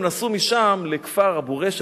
נסענו משם לכפר אבו-ריש,